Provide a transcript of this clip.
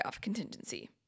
contingency